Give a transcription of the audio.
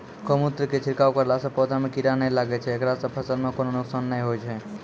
गोमुत्र के छिड़काव करला से पौधा मे कीड़ा नैय लागै छै ऐकरा से फसल मे कोनो नुकसान नैय होय छै?